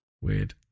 Weird